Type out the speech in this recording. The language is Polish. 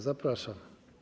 Zapraszam.